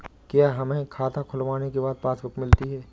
क्या हमें खाता खुलवाने के बाद पासबुक मिलती है?